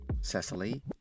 Cecily